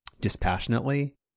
dispassionately